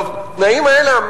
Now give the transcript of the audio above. בתנאים האלה,